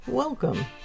Welcome